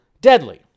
deadly